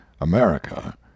America